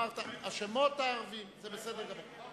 אם אמרת השמות הערביים, זה בסדר גמור.